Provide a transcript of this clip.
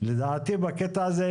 לדעתי בקטע הזה,